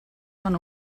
són